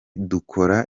tugakora